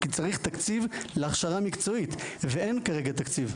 כי צריך תקציב להכשרה מקצועית ואין כרגע תקציב.